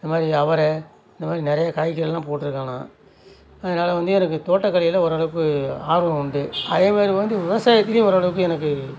இது மாதிரி அவரை இது மாதிரி நிறைய காய்கறியெலாம் போட்டிருக்கேன் நான் அதனால வந்து எனக்கு தோட்டக்கலையில் ஓரளவுக்கு ஆர்வம் உண்டு அதே மாதிரி வந்து விவசாயத்திலும் ஓரளவுக்கு எனக்கு